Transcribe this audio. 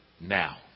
now